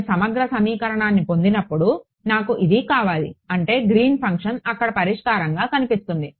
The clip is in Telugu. నేను సమగ్ర సమీకరణాన్ని పొందినప్పుడు నాకు ఇది కావాలి అంటే గ్రీన్ ఫంక్షన్ అక్కడ పరిష్కారంగా కనిపిస్తుంది